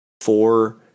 four